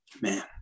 Man